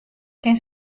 kin